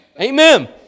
Amen